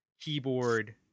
keyboard